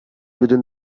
within